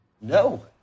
No